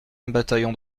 bataillon